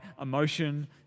emotion